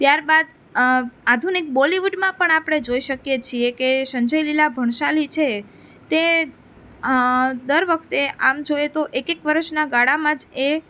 ત્યારબાદ આધુનિક બોલિવૂડમાં પણ આપણે જોઈએ શકીએ છીએ કે સંજયલીલા ભણશાલી છે તે દર વખતે આમ જોઈએ તો એક એક વરસના ગાળામાં જ એ